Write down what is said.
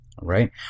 right